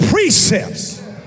Precepts